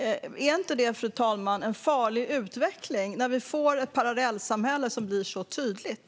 Är inte det en farlig utveckling, när vi får ett parallellsamhälle som blir så tydligt?